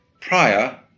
prior